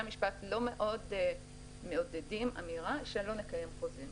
המשפט לא מאוד מעודדים אמירה לא לקיים חוזים,